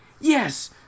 Yes